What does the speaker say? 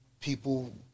People